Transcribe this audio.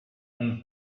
uno